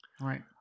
Right